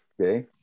Okay